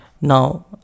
Now